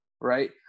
right